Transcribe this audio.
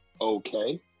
okay